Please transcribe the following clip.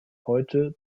heute